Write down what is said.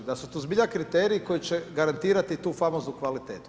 Da su tu zbilja kriteriji koji će garantirati tu famoznu kvalitetu.